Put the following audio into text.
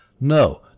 No